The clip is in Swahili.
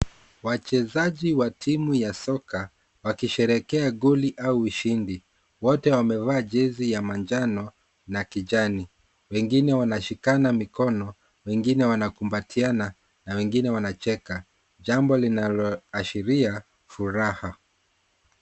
Wachezaji wa timu ya soka wakisherehekea goli au ushindi wote wamevaa jezi ya manjano na kijani , wengine wanashikana mikono, wengine wanakumbatiana na wengine wanacheka jambo linaloashiria furaha.